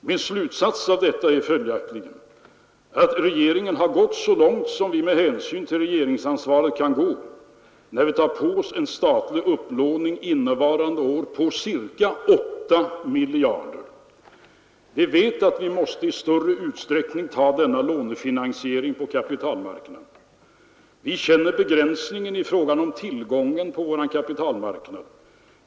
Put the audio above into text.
Min slutsats av detta är följaktligen att vi har gått så långt som vi med hänsyn till regeringsansvaret kan gå, när vi tar på oss en statlig upplåning innevarande år på ca 8 miljarder kronor. Vi vet att vi i stor utsträckning måste ta denna lånefinansiering på kapitalmarknaden. Vi känner den begränsade tillgången på vår kapitalmarknad.